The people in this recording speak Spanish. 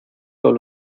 con